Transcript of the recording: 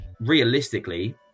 Realistically